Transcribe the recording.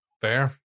fair